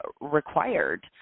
required